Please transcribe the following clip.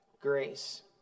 grace